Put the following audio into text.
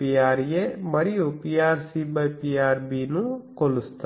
Pra మరియు Prc Prbను కొలుస్తారు